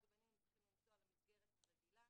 ובין אם הם צריכים לנסוע למסגרת הרגילה,